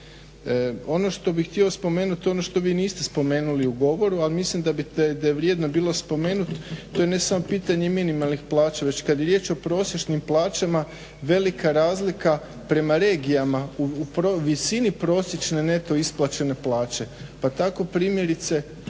Ono što bih htio spomenuti ono što vi niste spomenuli u govoru, ali mislim da je vrijedno bilo spomenuti to je ne samo pitanje minimalnih plaća već kada je riječ o prosječnim plaćama velika razlika prema regijama u visin prosječne neto isplaćene plaće. Pa tako primjerice